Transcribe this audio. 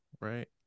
right